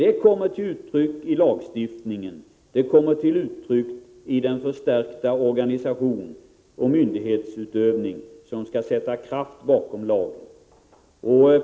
Det kommer till uttryck i lagstiftningen, det kommer till uttryck i den förstärkta organisation och myndighetsutövning som skall sätta kraft bakom lagen.